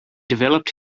developed